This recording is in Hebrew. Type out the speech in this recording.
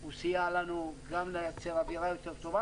הוא סייע לנו גם לייצר אווירה יותר טובה,